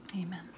Amen